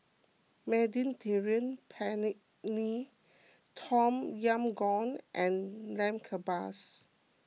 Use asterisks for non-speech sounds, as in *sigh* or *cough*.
Mediterranean Penne *unintelligible* Tom Yam Goong and Lamb Kebabs